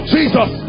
Jesus